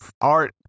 art